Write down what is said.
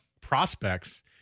prospects